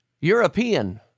European